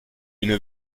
une